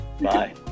Bye